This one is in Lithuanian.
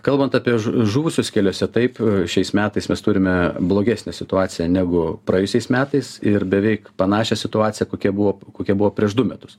kalbant apie žu žuvusius keliuose taip šiais metais mes turime blogesnę situaciją negu praėjusiais metais ir beveik panašią situaciją kokia buvo kokia buvo prieš du metus